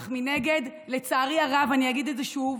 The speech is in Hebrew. אך מנגד, לצערי הרב, אני אגיד את זה שוב,